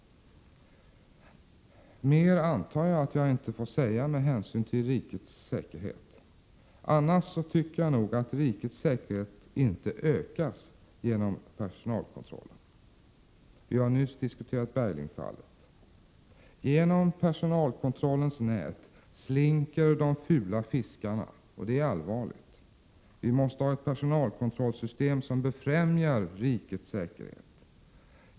Mer antar jag att jag inte får säga med hänsyn till rikets säkerhet. Annars tycker jag att rikets säkerhet inte ökar genom personalkontrollen. Vi har nyss diskuterat Berglingfallet. Genom personalkontrollens nät slinker de fula fiskarna, och det är allvarligt. Vi måste ha ett personalkontrollsystem som befrämjar rikets säkerhet.